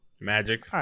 Magic